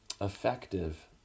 effective